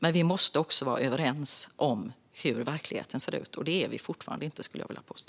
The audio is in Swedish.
Men vi måste också vara överens om hur verkligheten ser ut, och det är vi fortfarande inte, skulle jag vilja påstå.